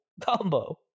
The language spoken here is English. combo